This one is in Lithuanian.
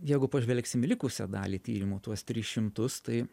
jeigu pažvelgsim į likusią dalį tyrimų tuos tris šimtus tai